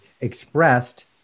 expressed